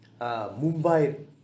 Mumbai